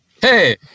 Hey